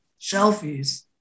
shelfies